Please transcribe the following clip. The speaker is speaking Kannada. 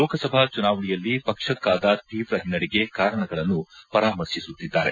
ಲೋಕಸಭಾ ಚುನಾವಣೆಯಲ್ಲಿ ಪಕ್ಷಕ್ಕಾದ ತೀವ್ರ ಹಿನ್ನಡೆಗೆ ಕಾರಣಗಳನ್ನು ಪರಾಮರ್ಶಿಸುತ್ತಿದ್ದಾರೆ